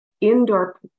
indoor